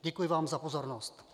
Děkuji vám za pozornost.